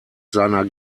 seiner